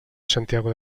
santiago